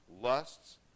lusts